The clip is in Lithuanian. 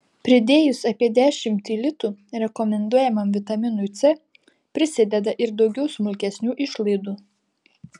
pridėjus apie dešimtį litų rekomenduojamam vitaminui c prisideda ir daugiau smulkesnių išlaidų